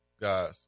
guys